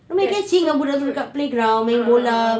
that's so cute ah ah ah